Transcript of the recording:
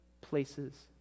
places